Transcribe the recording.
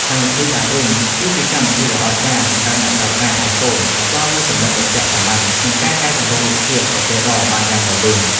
កម្មវិធី ដាករូម គឺជាកម្មវិធីដ៏អស្ចារ្យសម្រាប់អ្នកប្រើប្រាស់ អាយហ្វូន ដែលផ្តល់នូវចំណុចប្រទាក់សាមញ្ញ និងការកែសម្រួលរូបភាព ប្រភេទរ៉រ បានយ៉ាងរលូន។